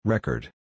Record